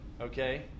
okay